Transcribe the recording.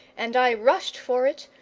and i rushed for it,